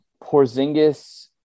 Porzingis